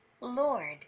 Lord